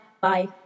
bye